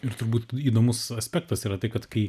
ir turbūt įdomus aspektas yra tai kad kai